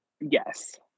Yes